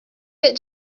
get